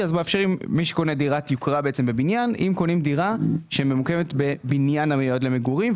מגדירים דירת מעטפת כדירת יוקרה שממוקמת בבניין המיועד למגורים,